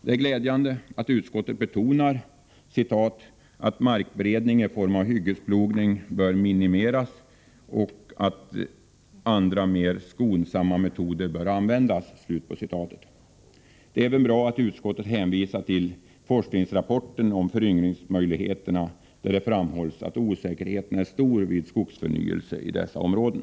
Det är glädjande att utskottet betonar ”att markberedning i form av hyggesplogning bör minimeras och att andra mer skonsamma metoder bör användas.” Det är även bra att utskottet hänvisar till forskningsrapporten om föryngringsmöjligheterna, där det framhölls att osäkerheten är stor vid skogsförnyelse i dessa områden.